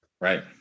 right